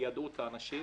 תיידעו את האנשים,